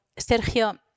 Sergio